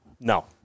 No